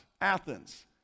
Athens